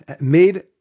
made